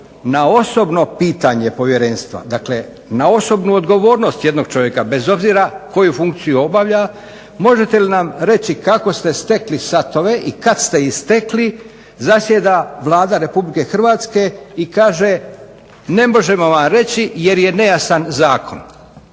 na osobno pitanje povjerenstva, dakle na osobnu odgovornost jednog čovjeka, bez obzira koju funkciju obavlja: "Možete li nam reći kako ste stekli satove i kad ste ih stekli?", zasjeda Vlada Republike Hrvatske i kaže: "Ne možemo vam reći jer je nejasan zakon."